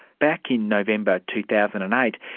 back in november two thousand and eight,